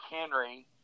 Henry